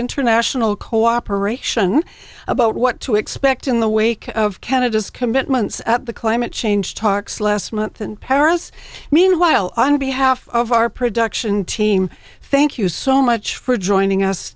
international co operation about what to expect in the wake of canada's commitments at the climate change talks last month in paris meanwhile on behalf of our production team thank you so much for joining us